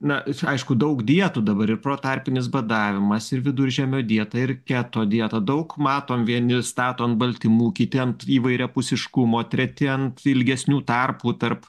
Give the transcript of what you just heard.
na aišku daug dietų dabar ir protarpinis badavimas ir viduržemio dietą ir keto dieta daug matom vieni stato ant baltymų kiti ant įvairiapusiškumo treti ant ilgesnių tarpų tarp